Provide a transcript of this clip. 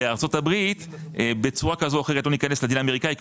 בארצות הברית בצורה כזו או אחרת לא ניכנס לדין האמריקאי כי